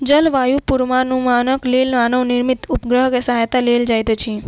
जलवायु पूर्वानुमानक लेल मानव निर्मित उपग्रह के सहायता लेल जाइत अछि